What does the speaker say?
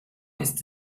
ist